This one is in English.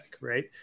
right